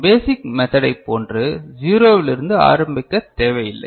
பேசிக் மெதடை போன்று 0 விலிருந்து ஆரம்பிக்க தேவையில்லை